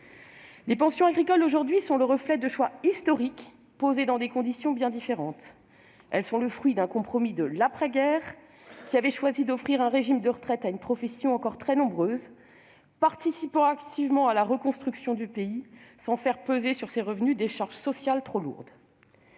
Les pensions agricoles d'aujourd'hui sont le reflet de choix historiques posés dans des conditions bien différentes. Elles sont le fruit d'un compromis de l'après-guerre, qui avait choisi d'offrir un régime de retraite à une profession encore très nombreuse participant activement à la reconstruction du pays sans faire peser sur ses revenus des charges sociales trop lourdes.